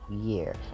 year